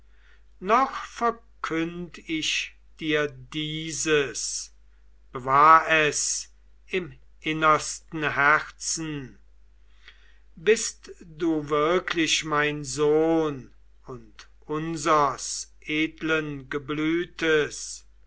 noch verkünd ich dir dieses bewahr es im innersten herzen bist du wirklich mein sohn und unsers edlen geblütes